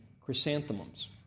chrysanthemums